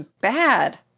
bad